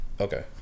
okay